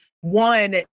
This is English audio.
one